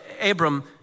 Abram